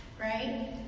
right